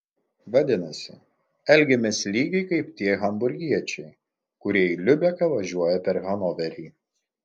vadinasi elgiamės lygiai kaip tie hamburgiečiai kurie į liubeką važiuoja per hanoverį